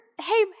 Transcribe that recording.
hey